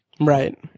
right